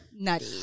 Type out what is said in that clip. Nutty